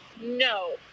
No